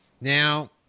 Now